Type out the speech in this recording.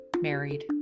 married